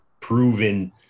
proven